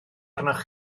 arnoch